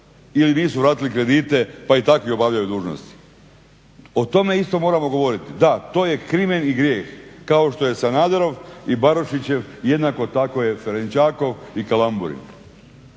ili nisu vratili kredite pa i takvi obavljaju dužnosti. O tome isto moramo govoriti, da, to je krimen i grijeh, kao što je Sanaderov i Barišićev, jednako tako je Ferenčakov i Kalamburin.